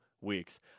weeks